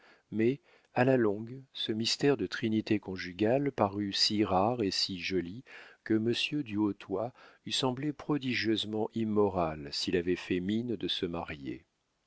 mais à la longue ce mystère de trinité conjugale parut si rare et si joli que monsieur du hautoy eût semblé prodigieusement immoral s'il avait fait mine de se marier